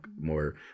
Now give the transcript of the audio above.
more